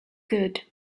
good